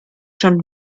schon